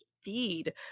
feed